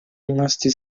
rimasti